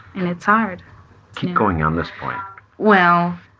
and it's hard keep going on this point well,